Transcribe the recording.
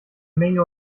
menge